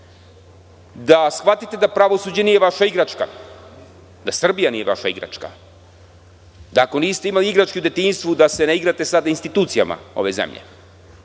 da shvatite da pravosuđe nije vaša igračka, da Srbija nije vaša igračka, da ako niste imali igračke u detinjstvu, da se ne igrate sada sa institucijama ove zemlje,